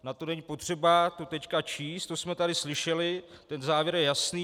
Na to není potřeba to teď číst, to jsme tady slyšeli, ten závěr je jasný.